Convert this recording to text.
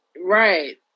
right